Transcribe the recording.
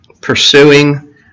pursuing